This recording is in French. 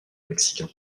mexicain